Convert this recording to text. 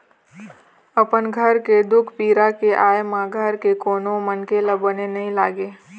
अपन घर के दुख पीरा के आय म घर के कोनो मनखे ल बने नइ लागे